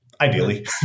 ideally